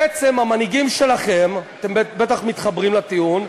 בעצם, המנהיגים שלכם" אתם בטח מתחברים לטיעון,